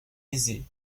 aisée